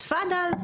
תפדל,